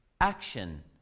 action